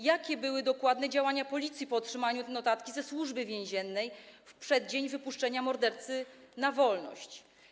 Jakie dokładnie były działania Policji po otrzymaniu notatki od Służby Więziennej w przeddzień wypuszczenia mordercy na wolność?